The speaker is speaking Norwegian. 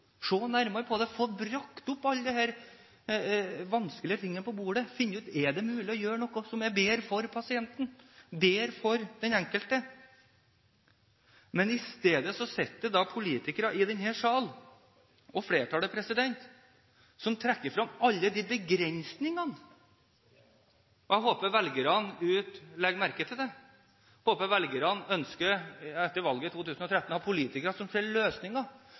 nærmere på det, få brakt opp alle disse vanskelige tingene og finne ut om det er mulig å gjøre noe som er bedre for pasienten, bedre for den enkelte. Men i stedet sitter det politikere i denne salen – flertallet – som trekker frem alle begrensningene. Jeg håper velgerne ute legger merke til det. Jeg håper velgerne ønsker – etter valget i 2013 – å ha politikere som ser løsninger